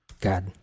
God